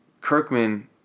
Kirkman